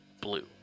blue